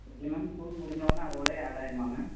எப்படி ma'am school முடிஞ்சவொடனே அதோடையே ஆட் ஆகிருமா மேம்